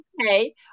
Okay